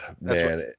man